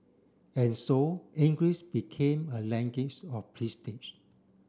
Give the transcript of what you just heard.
and so English became a language of prestige